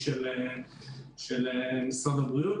היא של משרד הבריאות,